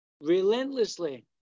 relentlessly